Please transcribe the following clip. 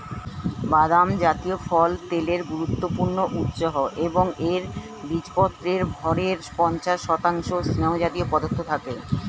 বাদাম জাতীয় ফল তেলের গুরুত্বপূর্ণ উৎস এবং এর বীজপত্রের ভরের পঞ্চাশ শতাংশ স্নেহজাতীয় পদার্থ